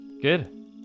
Good